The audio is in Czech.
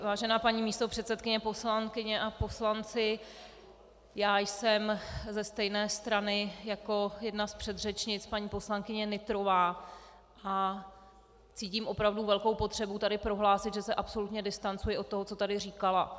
Vážená paní místopředsedkyně, poslankyně a poslanci, jsem ze stejné strany jako jedna z předřečnic, paní poslankyně Nytrová, a cítím opravdu velkou potřebu tady prohlásit, že se absolutně distancuji od toho, co tady říkala.